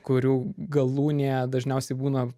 kurių galūnėje dažniausiai būna